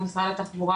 ממשרד התחבורה,